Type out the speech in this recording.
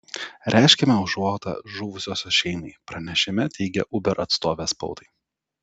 reiškiame užuojautą žuvusiosios šeimai pranešime teigė uber atstovė spaudai